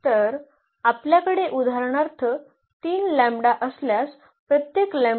तर आपल्याकडे उदाहरणार्थ 3 लॅंबडा असल्यास प्रत्येक लेम्बडा